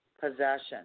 possession